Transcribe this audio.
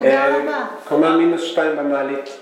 למה? קומה מינוס שתיים בנאלית